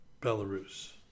Belarus